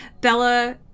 Bella